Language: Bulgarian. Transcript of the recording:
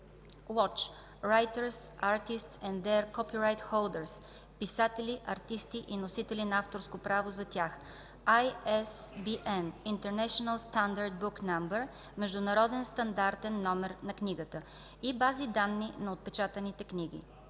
WATCH (Writers, Artists and their Copyright Holders – Писатели, артисти и носители на авторско право за тях), ISBN (International Standard Book Number – Международен стандартен номер на книгата), и бази данни за отпечатаните книги;